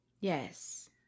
Yes